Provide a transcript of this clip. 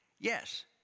yes